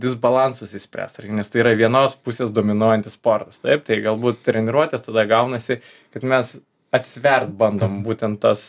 disbalansus išspręst tarkim nes tai yra vienos pusės dominuojantis sportas taip tai galbūt treniruotės tada gaunasi kad mes atsvert bandom būtent tas